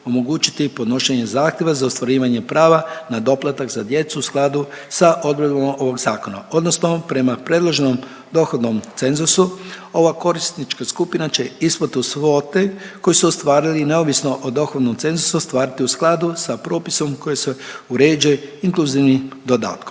omogućiti podnošenje zahtjeva za ostvarivanje prava na doplatak za djecu u skladu sa odredbama ovog zakona odnosno prema predloženom dohodovnom cenzusu ova korisnička skupina će isplatu svote koju su ostvarili neovisno o dohodovnom cenzusu ostvariti u skladu sa propisom koji se uređuje inkluzivnim dodatkom.